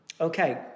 Okay